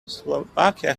slovakia